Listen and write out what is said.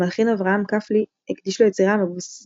המלחין אברהם כפלי הקדיש לו יצירה המבוססת